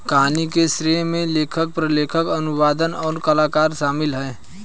कहानी के श्रेय में लेखक, प्रलेखन, अनुवादक, और कलाकार शामिल हैं